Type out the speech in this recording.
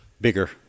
bigger